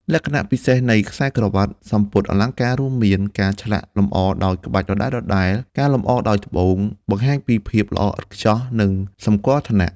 លក្ខណៈពិសេសនៃខ្សែក្រវាត់/សំពត់អលង្ការរួមមាន ការឆ្លាក់លម្អដោយក្បាច់ដដែលៗ ការលម្អដោយត្បូង បង្ហាញពីភាពល្អឥតខ្ចោះ និងសម្គាល់ឋានៈ។